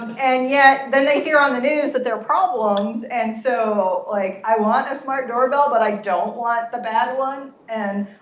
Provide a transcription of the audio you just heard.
and and yet, then they hear on the news that there are problems. and so like i want a smart doorbell, but i don't want the bad one. and,